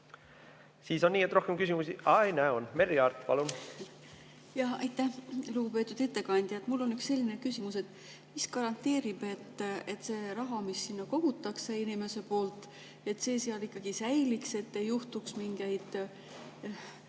Siis on nii, et rohkem küsimusi ... Aa ei, näe, on. Merry Aart, palun! Aitäh! Lugupeetud ettekandja! Mul on selline küsimus. Mis garanteerib, et see raha, mis sinna kogutakse inimese poolt, seal ikkagi säiliks, et ei juhtuks mingeid,